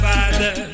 Father